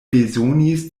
bezonis